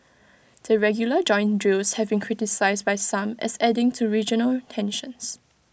the regular joint drills have been criticised by some as adding to regional tensions